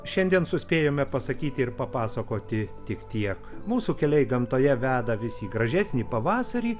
šiandien suspėjome pasakyti ir papasakoti tik tiek mūsų keliai gamtoje veda visi į gražesni pavasarį